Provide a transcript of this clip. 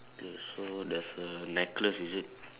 okay so there's a necklace is it